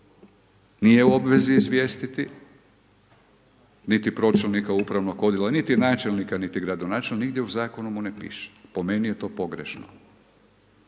nije u obvezi izvijestiti niti pročelnika upravnog odjela, niti načelnika, niti gradonačelnika, nigdje u zakonu mu ne piše, po meni je to pogrešno,